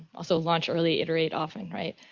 also launch early, iterate often, right?